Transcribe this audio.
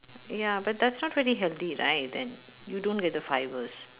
ya but that's not really healthy right then you don't get the fibres